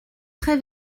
très